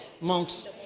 monks